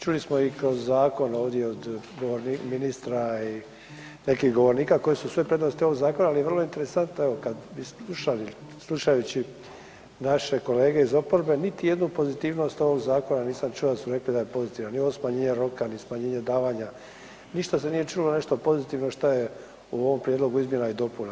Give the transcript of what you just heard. Čuli smo i kroz zakon ovdje od govornika, ministra i nekih govornika koje su sve prednosti ovog zakona, ali je vrlo intresantno evo kad bi slušali, slušajući naše kolege iz oporbe niti jednu pozitivnost ovog zakona nisam čuo da su rekli da je pozitivan ni ovo smanjenje roka, ni smanjenje davanja ništa se nije čulo nešto pozitivno šta je u ovom prijedlogu izmjena i dopuna.